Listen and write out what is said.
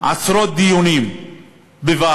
עשרות דיונים בוועדות,